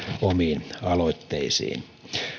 omiin aloitteisiin